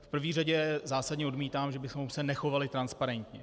V první řadě zásadně odmítám, že bychom se nechovali transparentně.